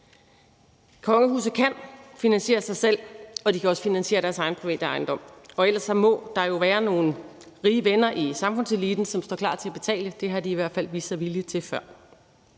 Kongehuset kan finansiere sig selv, og de kan også finansiere deres egen private ejendom. Og ellers må der jo være nogle rige venner i samfundseliten, som står klar til at betale. Det har de i hvert fald vist sig villige til før.